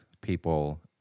people